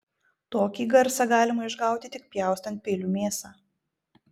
tokį garsą galima išgauti tik pjaustant peiliu mėsą